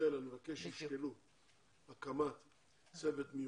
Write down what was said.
מבקש שתשקלו הקמת צוות מיוחד.